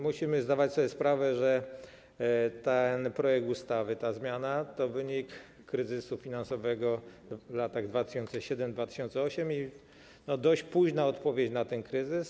Musimy zdawać sobie sprawę, że ten projekt ustawy, ta zmiana to wynik kryzysu finansowego w latach 2007 i 2008 i dość późna odpowiedź na ten kryzys.